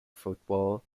football